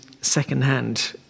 secondhand